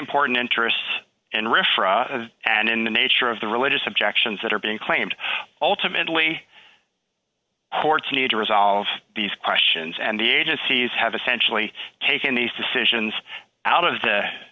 important interests in refer and in the nature of the religious objections that are being claimed ultimately courts need to resolve these questions and the agencies have essentially taken these decisions out of the